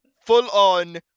full-on